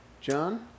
John